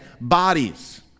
bodies